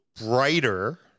brighter